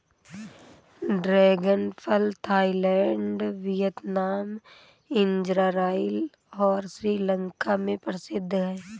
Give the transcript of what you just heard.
dragon फल Thailand, Vietnam, Israel और श्रीलंका में प्रसिद्ध है